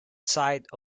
side